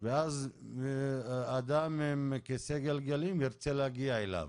ואז אדם עם כיסא גלגלים ירצה להגיע אליו,